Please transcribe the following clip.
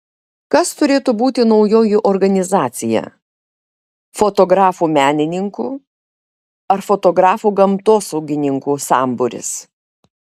kas turėtų būti naujoji organizacija fotografų menininkų ar fotografų gamtosaugininkų sambūris